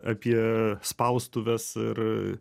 apie spaustuves ir